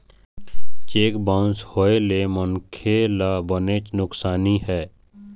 cheque bounce होए ले मनखे ल बनेच नुकसानी हे